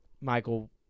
Michael